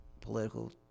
political